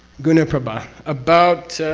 guna prabha. about.